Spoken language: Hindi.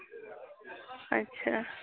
अच्छा